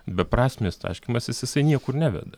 beprasmis taškymasis jisai niekur neveda